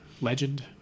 Legend